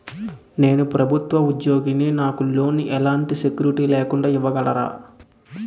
నేను ప్రభుత్వ ఉద్యోగిని, నాకు లోన్ ఎలాంటి సెక్యూరిటీ లేకుండా ఇవ్వగలరా?